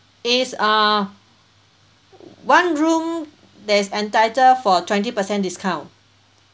is uh one room that's entitle for twenty percent discount